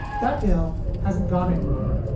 that bill hasn't gone anywhere.